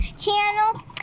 channel